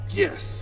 yes